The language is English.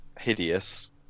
hideous